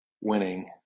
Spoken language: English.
winning